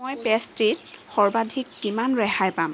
মই পেষ্ট্ৰিত সৰ্বাধিক কিমান ৰেহাই পাম